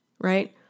right